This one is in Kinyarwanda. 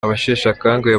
abasheshakanguhe